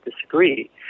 disagree